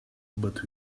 but